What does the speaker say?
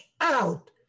out